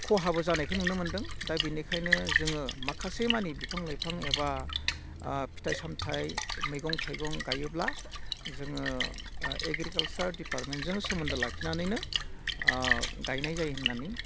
खहाबो जानायखो नुनो मोन्दों दा बिनिखायनो जोङो माखासेमानि बिफां लाइफां एबा फिथाइ सामथाय मैगं थाइगं गायोब्ला जोङो एग्रिकालचार डिपार्टमेन्टजों सोमोन्दो लाखिनानैनो गायनाय जायो होननानै